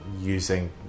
using